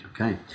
okay